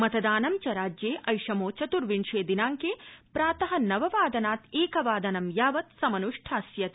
मतदानं च राज्ये ऐषमो चत्र्विंशे दिनांके प्रात नववादनात् एकवादनं यावत् समनुष्ठास्यते